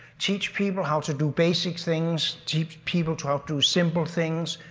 teach people how to do basic things, teach people to do simple things.